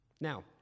Now